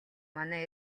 манай